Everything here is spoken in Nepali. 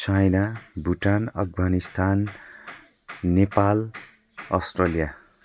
China Bhutan Afghanistan Nepal Australia